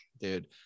dude